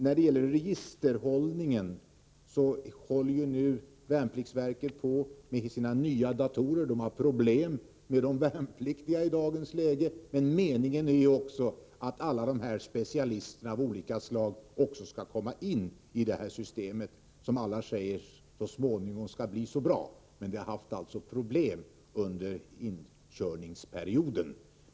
När det gäller registerhållningen arbetar värnpliktsverket nu med nya datorer. De har problem med de värnpliktiga i dagens läge. Men meningen är att också alla dessa specialister av olika slag skall komma in i detta system, som alla säger så småningom skall bli så bra. Det har emellertid varit problem under inkörningsperioden.